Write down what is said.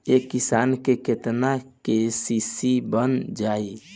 एक किसान के केतना के.सी.सी बन जाइ?